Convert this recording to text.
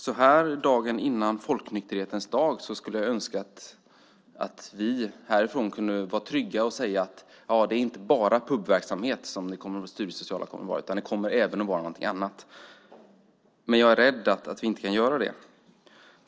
Så här dagen före folknykterhetens dag skulle jag önska att vi härifrån kunde säga att den studiesociala verksamheten inte bara kommer att vara pubverksamhet utan även något annat. Jag är dock rädd att vi inte kan göra det.